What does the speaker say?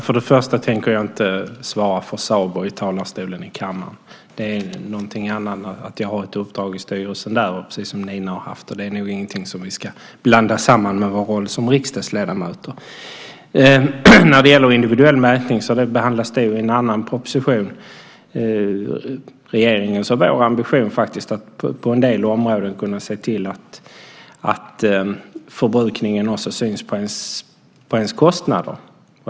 Fru talman! Jag tänker inte svara för SABO i talarstolen i kammaren. Det är någonting annat att jag har ett uppdrag i styrelsen där, precis som Nina har haft. Det är nog ingenting som vi ska blanda samman med våra roller som riksdagsledamöter. Individuell mätning behandlas i en annan proposition. Regeringens och vår ambition är faktiskt att man på en del områden ska kunna se till att förbrukningen också syns på ens kostnader.